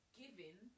giving